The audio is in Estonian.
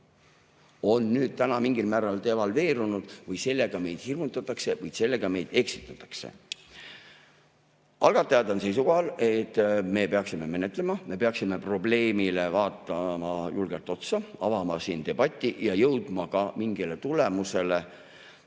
on nüüd mingil määral devalveerunud või sellega meid hirmutatakse või sellega meid eksitatakse. Algatajad on seisukohal, et me peaksime [seda eelnõu] menetlema, me peaksime probleemile julgelt otsa vaatama, avama debati ja jõudma mingile tulemusele.